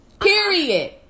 period